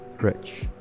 rich